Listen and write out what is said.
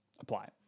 Apply